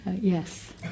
Yes